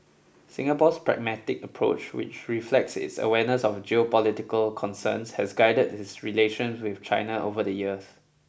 Singapore's pragmatic approach which reflects its awareness of geopolitical concerns has guided its relations with China over the years